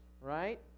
right